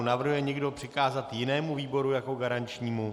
Navrhuje někdo přikázat jinému výboru jako garančnímu?